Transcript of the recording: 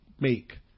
make